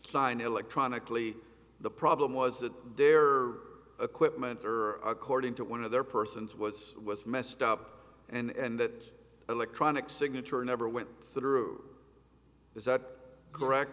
decline electronically the problem was that their equipment or according to one of their persons was was messed up and that electronic signature never went through is that correct